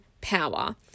power